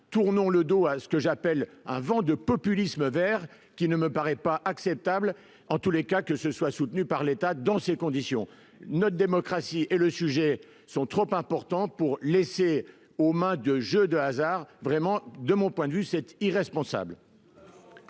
tournons le dos à ce que j'appelle un vent de populisme Vert qui ne me paraît pas acceptable en tous les cas, que ce soit soutenu par l'État, dans ces conditions, notre démocratie est le sujet sont trop importantes pour laisser aux mains de jeux de hasard, vraiment, de mon point de vue cet irresponsable.